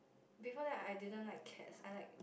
before that I I didn't like cats I like